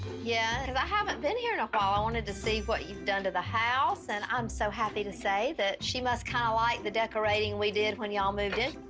yeah, cause i haven't been here in a while, i wanted to see what you've done to the house, and i'm so happy to say that she must kinda like the decorating we did when ya'll moved in.